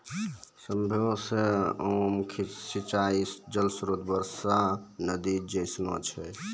सभ्भे से आम सिंचाई जल स्त्रोत बारिश, नदी जैसनो छै